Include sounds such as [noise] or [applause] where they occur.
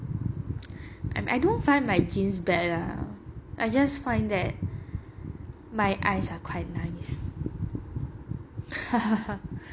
I don't don't find my genes bad lah I just find that my eyes are quite nice [laughs]